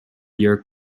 year